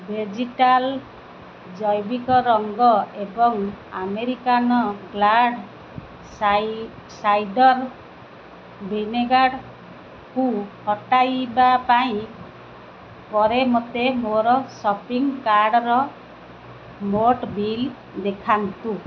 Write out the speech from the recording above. vegetal ଜୈବିକ ରଙ୍ଗ ଏବଂ ଆମେରିକାନ୍ ସାଇ ସାଇଡ଼ର୍ ଭିନେଗାର୍କୁ ହଟାଇବା ପରେ ମୋତେ ମୋର ସପିଂ କାର୍ଟ୍ର ମୋଟ ବିଲ୍ ଦେଖାନ୍ତୁ